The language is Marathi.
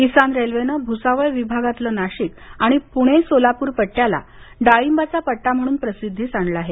किसान रेल्वेनं भुसावळ विभागातलं नाशिक आणि पुणे सोलापूर पट्ट्याला डाळींबाचा पट्टा म्हणून प्रसिध्दीस आणलं आहे